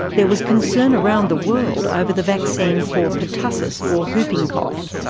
there was concern around the world over the vaccine for pertussis or whopping cough.